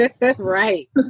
Right